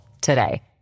today